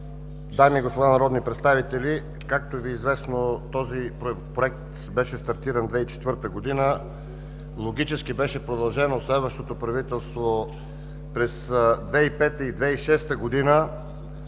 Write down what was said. дами и господа народни представители! Както Ви е известно, този проект беше стартиран през 2004 г., логически беше продължен от следващото правителство през 2005 и 2006 г.